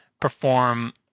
Perform